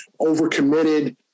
overcommitted